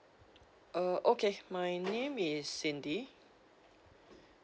uh okay my name is cindy